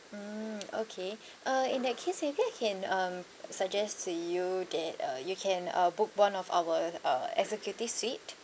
mm okay uh in that case maybe I can um suggest to you that uh you can uh book one of our uh executive suite